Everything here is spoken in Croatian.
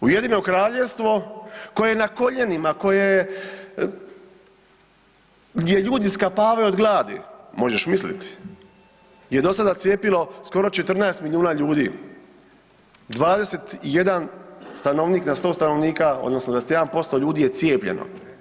Ujedinjeno Kraljevstvo koje je na koljenima, koje je, gdje ljudi skapavaju od gladi, možeš misliti, je do sada cijepilo skoro 14 milijuna ljudi, 21 stanovnik na 100 stanovnika odnosno 21% ljudi je cijepljeno.